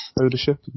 ownership